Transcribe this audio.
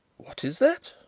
what is that?